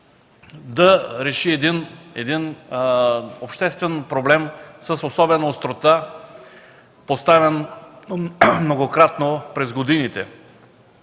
да реши обществен проблем с особена острота, поставян многократно през годините.